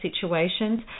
situations